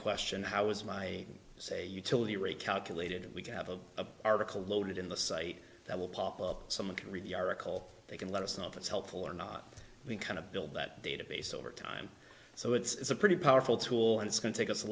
question how is my say utility rate calculated we can have a article loaded in the site that will pop up someone can read the article they can let us know if it's helpful or not we kind of build that database over time so it's a pretty powerful tool and it's going to take us a